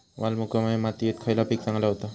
वालुकामय मातयेत खयला पीक चांगला होता?